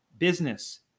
Business